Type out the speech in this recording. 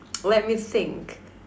let me think